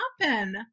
happen